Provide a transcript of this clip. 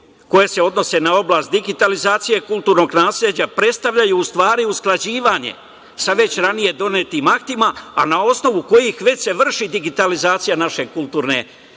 koje se odnose na oblast digitalizacije kulturnog nasleđa predstavljaju, u stvari, usklađivanje sa već ranije donetim aktima, a na osnovu kojih se već vrši digitalizacija naše kulturne građe. Nadalje,